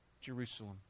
Jerusalem